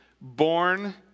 born